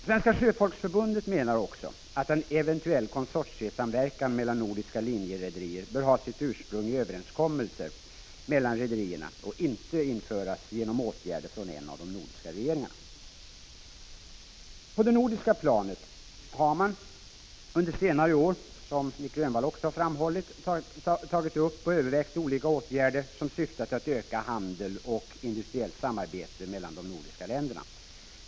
Svenska sjöfolksförbundet menar också att en eventuell konsortiesamverkan mellan nordiska linjerederier bör ha sitt ursprung i överenskommelser mellan rederierna och inte införas genom åtgärder från en av de nordiska regeringarna. På det nordiska planet har man under senare år, som Nic Grönvall också har framhållit, tagit upp och övervägt olika åtgärder som syftat till att öka handel och industriellt samarbete mellan de nordiska länderna.